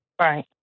Right